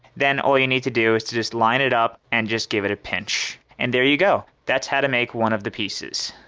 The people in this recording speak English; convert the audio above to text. then all you need to do is to just line it up and just give it a pinch. and there you go! that's how to make one of the pieces.